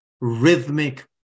rhythmic